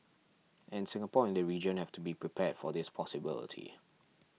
and Singapore and the region have to be prepared for this possibility